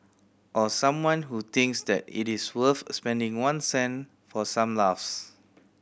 or someone who thinks that it is worth spending one cent for some laughs